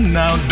now